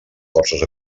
forces